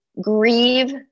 grieve